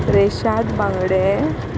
रेशाद बांगडे